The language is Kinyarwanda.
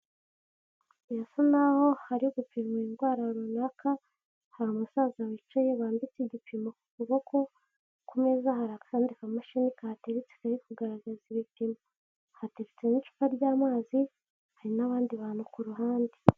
Birasa naho hari gupimwa indwara runaka, hari umusaza wicaye bambitse igipimo ku kuboko, ku meza hari akandi kamashini kahatetse kari kugaragaza ibipimo, hateretse n'icupa ry'amazi hari n'abandi bantu ku ruhande.